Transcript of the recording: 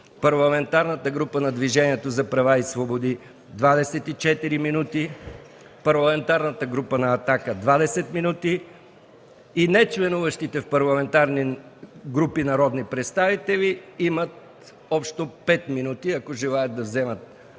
Парламентарната група на Движението за права и свободи – 24 минути; Парламентарната група на „Атака” – 20 минути, и нечленуващите в парламентарни групи народни представители имат общо 5 минути, ако желаят да вземат